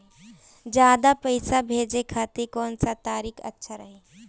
ज्यादा पईसा भेजे खातिर कौन सा तरीका अच्छा रही?